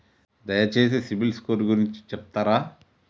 దయచేసి CIBIL score గురించి చెప్తరా?